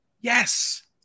Yes